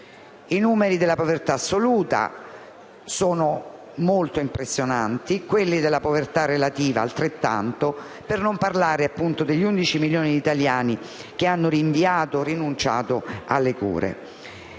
I numeri della povertà assoluta sono impressionanti, quelli della povertà relativa altrettanto, per non parlare degli 11 milioni di italiani che hanno rinviato o rinunciato alle cure.